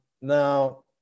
Now